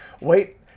wait